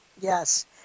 yes